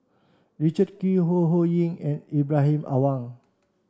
Richard Kee Ho Ho Ying and Ibrahim Awang